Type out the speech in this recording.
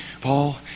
Paul